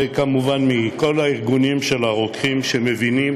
וכמובן את כל הארגונים של הרוקחים שמבינים